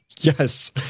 Yes